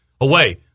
away